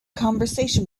conversation